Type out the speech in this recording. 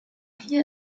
hier